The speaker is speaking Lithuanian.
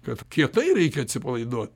kad kietai reikia atsipalaiduot